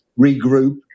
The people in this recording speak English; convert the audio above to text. regroup